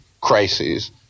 crises